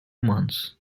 months